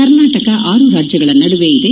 ಕರ್ನಾಟಕ ಆರು ರಾಜ್ಯಗಳ ನಡುವೆ ಇದೆ